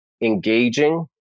engaging